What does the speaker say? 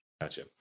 Gotcha